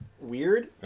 weird